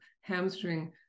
hamstring